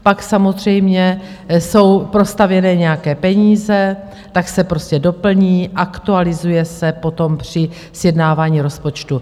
Pak samozřejmě jsou prostavěné nějaké peníze, tak se prostě doplní, aktualizuje se potom při sjednávání rozpočtu.